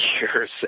years